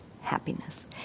happiness